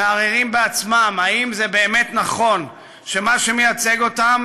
מהרהרים בעצמם האם זה באמת נכון שמה שמייצג אותם